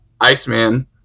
Iceman